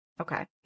Okay